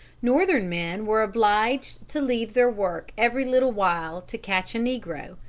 northern men were obliged to leave their work every little while to catch a negro,